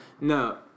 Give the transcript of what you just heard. No